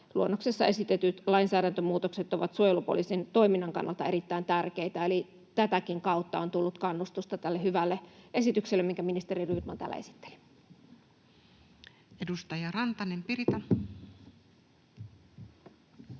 luonnoksessa esitetyt lainsäädäntömuutokset ovat suojelupoliisin toiminnan kannalta erittäin tärkeitä, eli tätäkin kautta on tullut kannustusta tälle hyvälle esitykselle, minkä ministeri Rydman täällä esitteli. [Speech 42] Speaker: